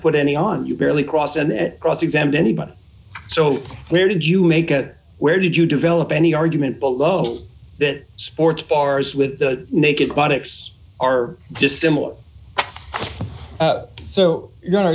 put any on you barely cross and cross examine anybody so where did you make it where did you develop any argument below that sports bars with the naked but it's are just similar so you know